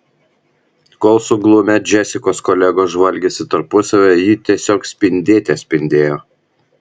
kol suglumę džesikos kolegos žvalgėsi tarpusavyje ji tiesiog spindėte spindėjo